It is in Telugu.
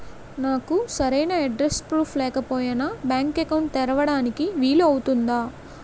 నాకు సరైన అడ్రెస్ ప్రూఫ్ లేకపోయినా బ్యాంక్ అకౌంట్ తెరవడానికి వీలవుతుందా?